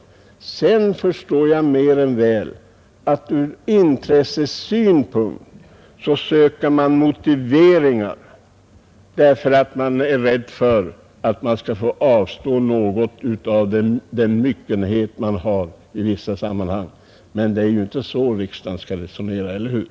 Jag förstår mer än väl att man söker motiveringar som passar intressesynpunkterna, eftersom man givetvis är rädd för att tvingas avstå något av den myckenhet man nu har. Men det är inte så vi skall resonera här i riksdagen, eller hur?